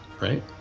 right